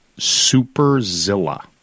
Superzilla